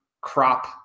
crop